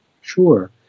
Sure